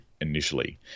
initially